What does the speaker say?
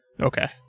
Okay